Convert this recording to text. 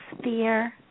sphere